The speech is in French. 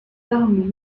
armes